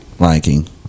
Liking